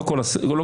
לא מכל המשרדים,